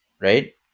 Right